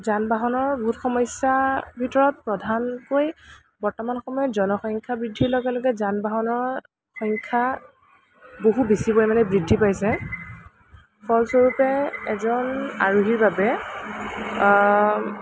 যান বাহনৰ মূল সমস্য়াৰ ভিতৰত প্ৰধানকৈ বৰ্তমান সময়ত জনসংখ্য়া বৃদ্ধিৰ লগে লগে যান বাহনৰ সংখ্য়া বহু বেছি পৰিমাণে বৃদ্ধি পাইছে ফলস্বৰূপে এজন আৰোহীৰ বাবে